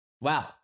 Wow